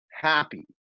happy